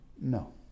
No